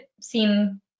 seem